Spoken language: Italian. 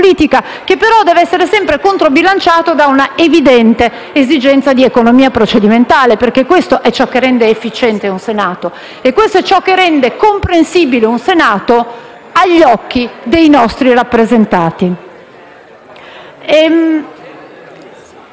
che però deve essere sempre controbilanciato da un'evidente esigenza di economia procedimentale, perché questo è ciò che rende efficiente un Senato e ciò che lo rende comprensibile agli occhi dei nostri rappresentati.